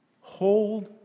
Hold